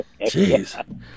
Jeez